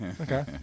Okay